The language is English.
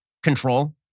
control